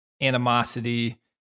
animosity